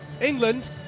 England